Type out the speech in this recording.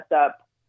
up